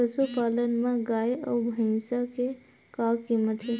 पशुपालन मा गाय अउ भंइसा के का कीमत हे?